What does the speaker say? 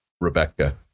Rebecca